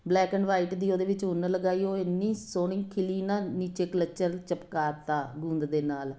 black and white ਦੀ ਉਹਦੇ ਵਿੱਚ ਉੱਨ ਲਗਾਈ ਉਹ ਇੰਨੀ ਸੋਹਣੀ ਖਿਲੀ ਨਾ ਨਿੱਚੇ ਕਲੱਚਰ ਚਿਪਕਾ ਤਾ ਗੂੰਦ ਦੇ ਨਾਲ